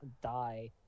Die